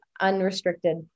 unrestricted